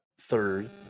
third